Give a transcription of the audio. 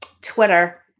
Twitter